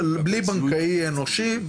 תעודת זהות- -- בלי בנקאי אנושי,